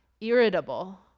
irritable